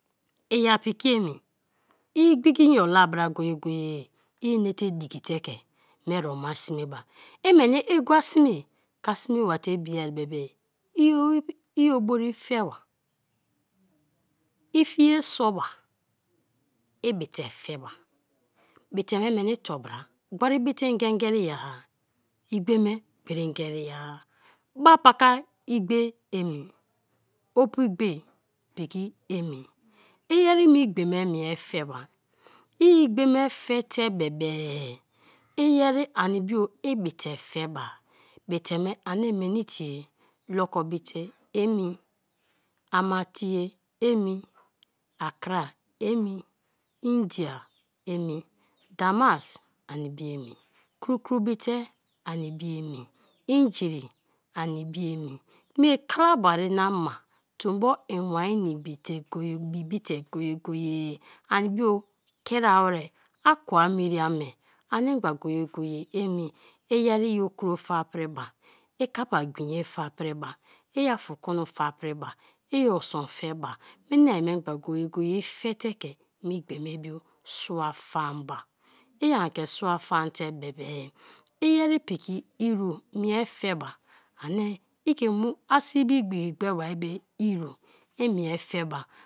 Iya piki emi i igbiki inyo la bra go-go-ye inete diki te ke ma erema sme ba; i nweni igwa sime ke a sme bate miea bebe-e i obori fe ba, i fie soa ba, i bite fe ba, bite me meni torbara; gbori bite nji geri ya-a, igbe me gberi ngeri ya-a, ba paka igbe emi, opu igbe piki emi, iyeri me igbe me mie fe ba, i igbe me fe te bebe-e; iyeri ani bio i bite fe ba, bite me ani meni tie, loko bite emi, amatiye emi, accra emi, india emi, damas ani bio emi, injiri ani bio emi mie kalabari na ma tombo inwan na ibiye, ibi bite go-go-e ani bio kira ware, akwamiri ame ani mgba go-ye-go-ye emi, iyeri i okro fe a piri ba, i kappa gbenye fa priba, i afo kono fa apriba, i o sun fe ba; mina-a memgba go-ye-go-ye-e i fe te ke me igbe me bio sua fan ba, i aneke sua fan te be be-e iyeri piki iru mie fe ba ani ike mie asii be igbiki gbe bari me iru i mie fe ba.